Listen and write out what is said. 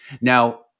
Now